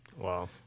Wow